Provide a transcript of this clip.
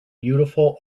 beautiful